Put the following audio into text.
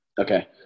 Okay